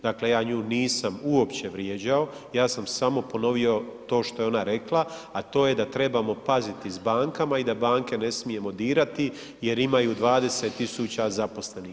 Dakle, ja nju nisam uopće vrijeđao, ja sam samo ponovio to što je ona rekla, a to je da trebamo paziti s bankama i da banke ne smijemo dirati jer imaju 20 000 zaposlenih.